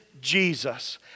Jesus